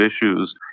issues